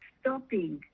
stopping